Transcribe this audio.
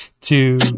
two